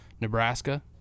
nebraska